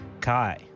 Kai